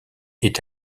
est